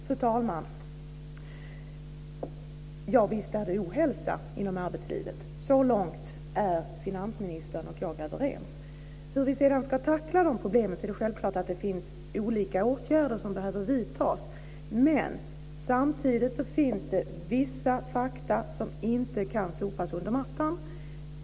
Fru talman! Ja, visst finns det ohälsa inom arbetslivet. Så långt är finansministern och jag överens. När det sedan gäller hur vi ska tackla problemen är det klart att det finns olika åtgärder som behöver vidtas. Men samtidigt finns det vissa fakta som inte kan sopas under mattan.